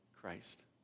Christ